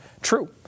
true